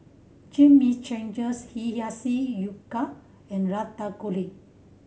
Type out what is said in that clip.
Chimichangas Hiyashi and Ratatouille